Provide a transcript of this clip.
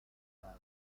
نرمن